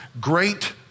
great